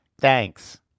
Thanks